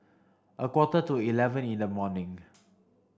a quarter to eleven in the morning